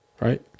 right